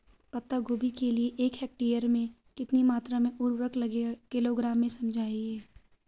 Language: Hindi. पत्ता गोभी के लिए एक हेक्टेयर में कितनी मात्रा में उर्वरक लगेगा किलोग्राम में समझाइए?